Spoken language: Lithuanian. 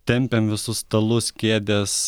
tempėm visus stalus kėdes